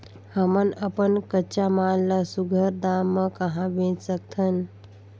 हमन अपन कच्चा माल ल सुघ्घर दाम म कहा बेच सकथन?